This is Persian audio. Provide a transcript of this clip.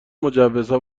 مجوزها